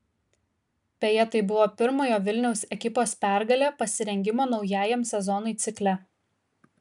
beje tai buvo pirmojo vilniaus ekipos pergalė pasirengimo naujajam sezonui cikle